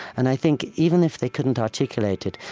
and i think, even if they couldn't articulate it,